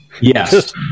Yes